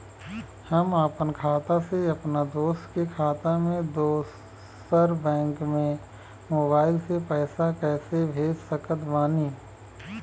हम आपन खाता से अपना दोस्त के खाता मे दोसर बैंक मे मोबाइल से पैसा कैसे भेज सकत बानी?